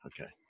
okay